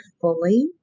fully